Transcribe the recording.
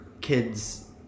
kids